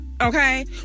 Okay